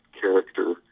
character